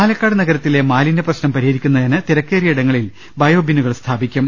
പാലക്കാട് നഗരത്തിലെ മാലിന്യപ്രശ്നം പരിഹരി ക്കുന്നതിന് തിരക്കേറിയ ഇടങ്ങളിൽ ബയോബിന്നുകൾ സ്ഥാപിക്കും